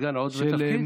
הסגן, הוא עוד בתפקיד?